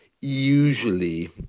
usually